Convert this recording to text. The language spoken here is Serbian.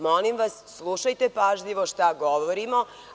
Molim vas, slušajte pažljivo šta govorimo.